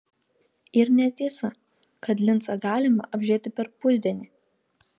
ir netiesa kad lincą galima apžiūrėti per pusdienį